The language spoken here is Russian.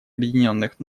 объединенных